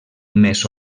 més